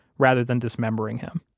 rather than dismembering him